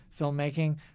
filmmaking